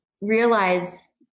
realize